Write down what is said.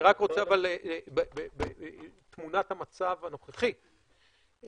אבל תמונת המצב הנוכחית,